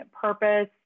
purpose